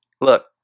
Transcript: Look